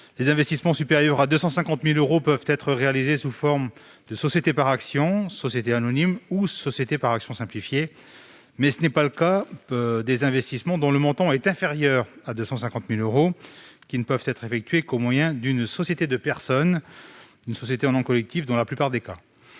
Les investissements supérieurs à 250 000 euros peuvent être réalisés au moyen d'une société par actions- société anonyme, ou SA, ou d'une société par actions simplifiée, ou SAS -, mais ce n'est pas le cas des investissements dont le montant est inférieur à 250 000 euros qui ne peuvent être effectués qu'au moyen d'une société de personnes, une société en nom collectif, ou SNC, dans la plupart des cas.